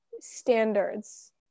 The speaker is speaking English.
standards